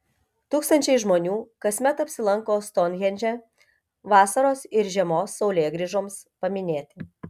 tūkstančiai žmonių kasmet apsilanko stounhendže vasaros ir žiemos saulėgrįžoms paminėti